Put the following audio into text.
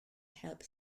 help